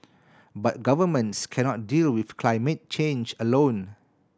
but governments cannot deal with climate change alone